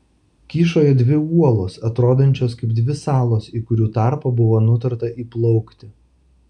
kyšojo dvi uolos atrodančios kaip dvi salos į kurių tarpą buvo nutarta įplaukti